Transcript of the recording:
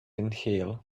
inhale